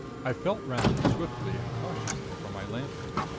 i felt round swiftly and cautiously for my lantern.